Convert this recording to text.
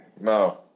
No